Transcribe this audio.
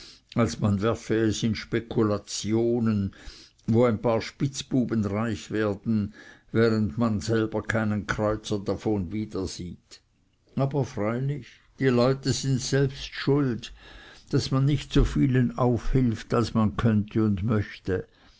als man werfe es in spekulationen wo ein paar spitzbuben reich werden während man keinen kreuzer davon wiedersieht aber freilich die leute sind selbst schuld daß man nicht so vielen aufhilft als man wohl könnte und möchte